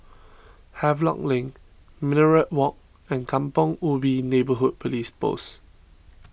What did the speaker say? Havelock Link Minaret Walk and Kampong Ubi Neighbourhood Police Post